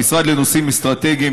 המשרד לנושאים אסטרטגיים,